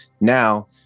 now